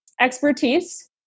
Expertise